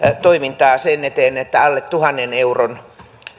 toimintaa sen eteen että alle tuhannen euron